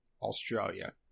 Australia